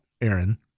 Aaron